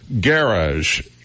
garage